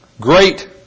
great